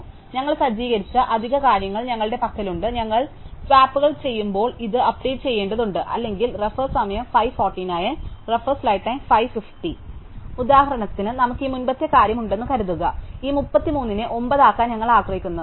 അതിനാൽ ഞങ്ങൾ സജ്ജീകരിച്ച അധിക കാര്യങ്ങൾ ഞങ്ങളുടെ പക്കലുണ്ട് ഞങ്ങൾ ഞങ്ങളുടെ സ്വാപ്പുകൾ നടത്തുമ്പോൾ ഇത് അപ്ഡേറ്റ് ചെയ്യേണ്ടതുണ്ട് അല്ലെങ്കിൽ ഉദാഹരണത്തിന് നമുക്ക് ഈ മുമ്പത്തെ കാര്യം ഉണ്ടെന്ന് കരുതുക ഈ 33 നെ 9 ആക്കാൻ ഞങ്ങൾ ആഗ്രഹിക്കുന്നു